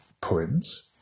poems